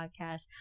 podcast